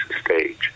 stage